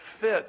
fit